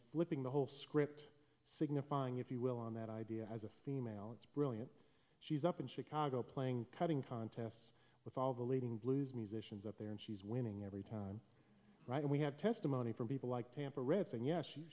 flipping the whole script signifying if you will on that idea as a female it's brilliant she's up in chicago playing cutting contests with all the leading blues musicians up there and she's winning every time right and we had testimony from people like tampa reds and yes she